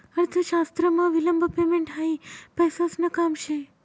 अर्थशास्त्रमा विलंब पेमेंट हायी पैसासन काम शे